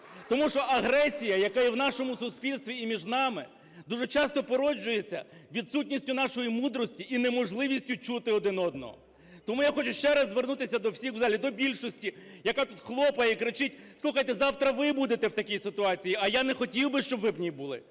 Тому що агресія, яка є в нашому суспільстві і між нами, дуже часто породжується відсутністю нашої мудрості і неможливістю чути один одного. Тому я хочу ще раз звернутися до всіх в залі, до більшості, яка тут хлопає і кричить. Слухайте, завтра ви будете в такій ситуації. А я не хотів би, щоб ви в ній були.